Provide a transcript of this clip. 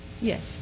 Yes